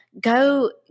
Go